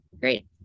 Great